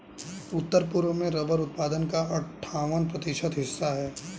उत्तर पूर्व क्षेत्र में रबर उत्पादन का अठ्ठावन प्रतिशत हिस्सा है